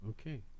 Okay